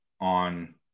on